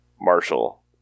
Marshall